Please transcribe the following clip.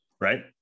right